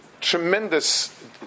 tremendous